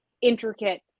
intricate